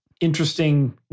interesting